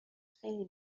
خیلی